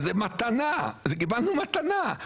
זה מתנה, קיבלנו מתנה.